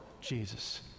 Jesus